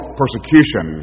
persecution